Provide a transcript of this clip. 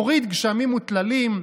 מוריד גשמים וטללים,